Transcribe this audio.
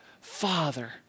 Father